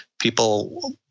people